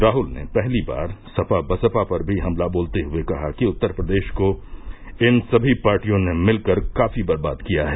राहल ने पहली बार सपा बसपा पर भी हमला बोलते हए कहा कि उप्र को इन सभी पार्टियों ने मिलकर काफी बर्बाद किया है